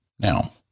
Now